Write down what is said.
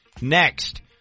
Next